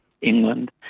England